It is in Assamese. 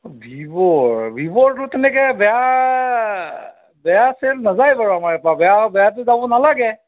ভিভ'ৰ ভিভ'ৰতো তেনেকৈ বেয়া বেয়া চেল নাযায় বাৰু আমাৰ ইয়াৰ পৰা বেয়া বেয়াতো যাব নালাগে